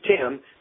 Tim